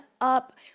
up